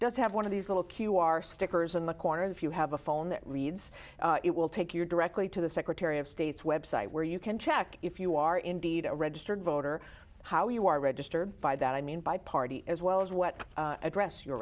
does have one of these little q r stickers in the corner if you have a phone that reads it will take you directly to the secretary of state's website where you can check if you are indeed a registered voter how you are registered by that i mean by party as well as what address you